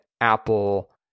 Apple